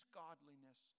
godliness